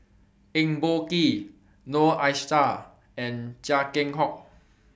Eng Boh Kee Noor Aishah and Chia Keng Hock